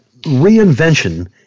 reinvention